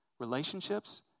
relationships